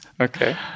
Okay